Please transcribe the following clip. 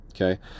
okay